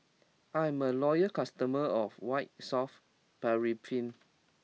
I'm a loyal customer of White Soft Paraffin